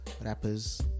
rappers